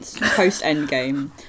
post-Endgame